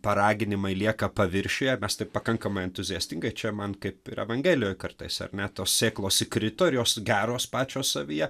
paraginimai lieka paviršiuje mes taip pakankamai entuziastingai čia man kaip ir evangelijoj kartais ar ne tos sėklos įkrito ir jos geros pačios savyje